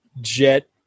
Jet